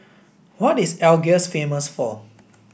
what is Algiers famous for